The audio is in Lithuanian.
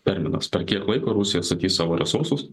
terminas per kiek laiko rusija atstatys savo resursus